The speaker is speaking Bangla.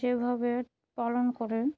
যেভাবে পালন করে